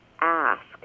ask